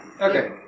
Okay